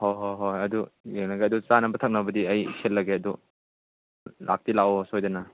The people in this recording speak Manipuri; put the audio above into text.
ꯍꯣꯏ ꯍꯣꯏ ꯍꯣꯏ ꯑꯗꯨ ꯌꯦꯡꯂꯒ ꯑꯗꯨ ꯆꯥꯅꯕ ꯊꯛꯅꯕꯗꯤ ꯑꯩ ꯁꯤꯜꯂꯒꯦ ꯑꯗꯨ ꯂꯥꯛꯇꯤ ꯂꯥꯛꯑꯣ ꯁꯣꯏꯗꯅ